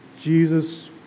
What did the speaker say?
Jesus